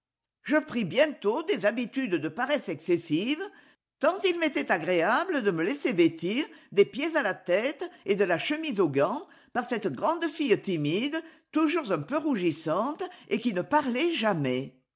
je pris bientôt des habitudes de paresse excessives tant il m'était agréable de me laisser vêtir des pieds à la tête et de la chemise aux gants par cette grande fille timide toujours un peu rougissante et qui ne parlait jamais